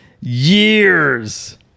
years